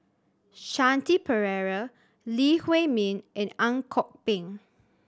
Shanti Pereira Lee Huei Min and Ang Kok Peng